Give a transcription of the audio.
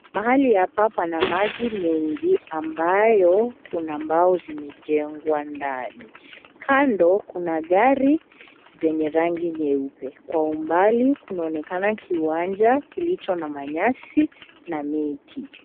Mahali hapa pana maji mengi ambapo kuna mbao zimejengwa ndani. Kando, kuna gari zenye rangi nyeupe. Kwa umbali kunaonekana kiwanja kilicho na nyasi na miti.